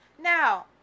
now